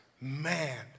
Man